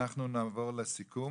אנחנו נעבור לסיכום,